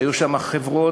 היו שם חברות,